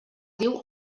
diu